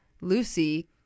Lucy